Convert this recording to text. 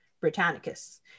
Britannicus